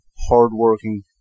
hardworking